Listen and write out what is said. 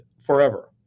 forever